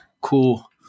cool